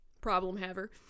problem-haver